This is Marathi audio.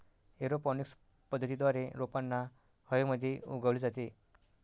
एरोपॉनिक्स पद्धतीद्वारे रोपांना हवेमध्ये उगवले जाते